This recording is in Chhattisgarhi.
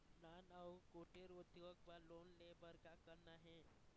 नान अउ कुटीर उद्योग बर लोन ले बर का करना हे?